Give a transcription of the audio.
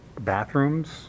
bathrooms